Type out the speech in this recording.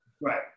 Right